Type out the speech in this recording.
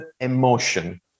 emotion